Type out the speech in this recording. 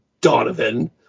Donovan